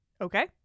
Okay